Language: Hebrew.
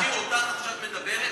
הם רוצים להשאיר אותך עכשיו מדברת,